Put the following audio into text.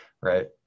right